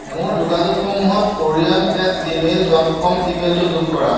মোৰ যোগাযোগসমূহত oriam at Gmail dot com email টো যোগ কৰা